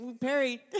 Perry